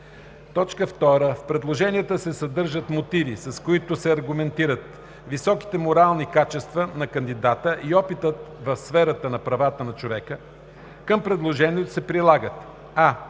2. В предложенията се съдържат мотиви, с които се аргументират високите морални качества на кандидата и опитът в сферата на правата на човека. Към предложението се прилагат: